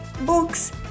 books